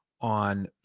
on